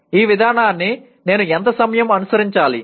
ఈ విధానాన్ని నేను ఎంత సమయం అనుసరించాలి